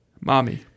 Mommy